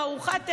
מארוחת ערב,